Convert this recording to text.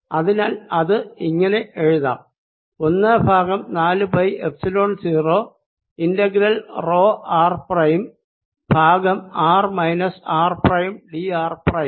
അതിനാൽ ഇത് ഇങ്ങനെ എഴുതാം ഒന്ന് ബൈ നാലു pi epsilon 0 integral rho r prime by r minus r prime d r prime